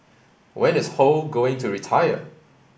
when is Ho going to retire